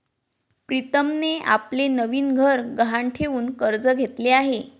प्रीतमने आपले नवीन घर गहाण ठेवून कर्ज घेतले आहे